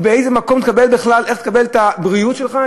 איך תקבל את הבריאות שלך,